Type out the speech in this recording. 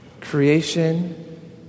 Creation